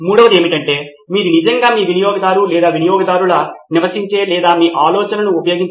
మరియు డౌన్లోడ్ అనేది విద్యార్థి యొక్క అవసరానికి సంబంధించి ఉంటుంది ఎలాంటి పత్రం లేదా చిత్రం లేదా వారు డౌన్లోడ్ చేయాలనుకుంటున్న నోట్స్